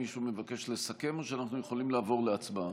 מישהו מבקש לסכם או שאנחנו יכולים לעבור להצבעה?